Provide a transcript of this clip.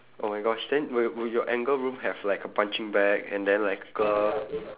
oh my gosh then will y~ will your anger room have like a punching bag and then like a